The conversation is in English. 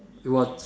it was